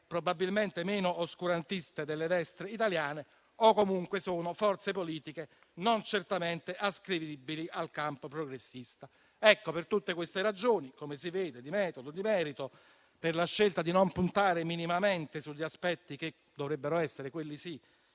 probabilmente meno oscurantiste delle destre italiane, o comunque forze politiche non certamente ascrivibili al campo progressista. Per tutte queste ragioni, di metodo di merito, per la scelta di non puntare minimamente sugli aspetti che dovrebbero essere, quelli sì,